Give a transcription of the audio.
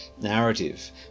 narrative